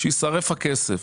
שיישרף הכסף.